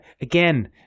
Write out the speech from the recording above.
again